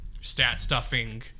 stat-stuffing